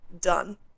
done